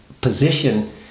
position